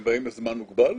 הם באים לזמן מוגבל?